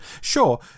Sure